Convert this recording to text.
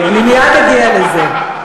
אני מייד אגיע לזה.